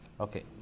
Okay